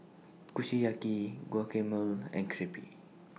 Kushiyaki Guacamole and Crepe